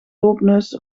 loopneus